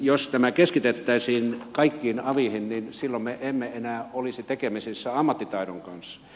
jos tämä keskitettäisiin kaikkiin aveihin niin silloin me emme enää olisi tekemisissä ammattitaidon kanssa